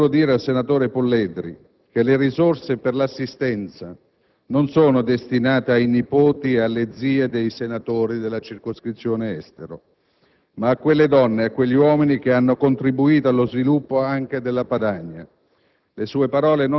Presidente, cari colleghi e colleghe, in questi giorni abbiamo sentito parole offensive indirizzate ai senatori della circoscrizione Estero, in particolare, in Commissione bilancio, da parte del collega Polledri della Lega Nord.